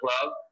club